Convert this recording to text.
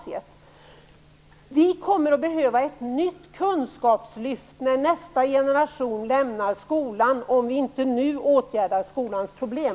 Det kommer att behövas ett nytt kunskapslyft när nästa generation lämnar skolan, om vi inte nu åtgärdar skolans problem.